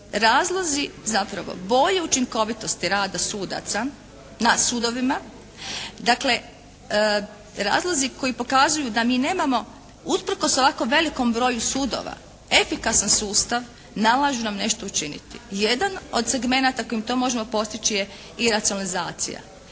razlozi zapravo bolje učinkovitosti rada sudaca na sudovima dakle razlozi koji pokazuju da mi nemamo usprkos ovako velikom broju sudova efikasan sustav nalažu nam nešto učiniti. Jedan od segmenata kojim to možemo postići je iracionalizacija.